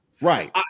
Right